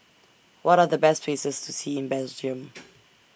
What Are The Best Places to See in Belgium